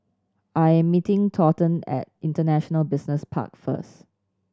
I am meeting Thornton at International Business Park first